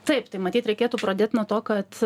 taip tai matyt reikėtų pradėt nuo to kad